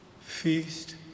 feast